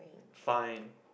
fine